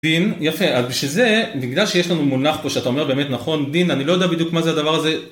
דין. יפה אז בשביל זה בגלל שיש לנו מונח פה שאתה אומר באמת נכון. דין, אני לא יודע בדיוק מה זה הדבר הזה.